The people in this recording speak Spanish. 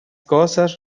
cosas